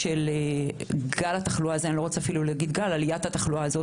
בשבדיה עלייה בתמותה.